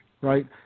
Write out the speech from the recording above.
right